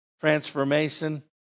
transformation